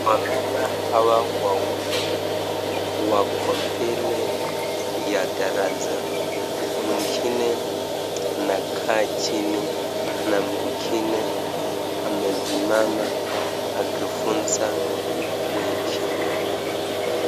Wamama hawa wawili wako mbele ya darasa. Mwingine anakalia chini na mwingine amesimama akifunza wengine.